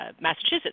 Massachusetts